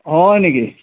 হয় নেকি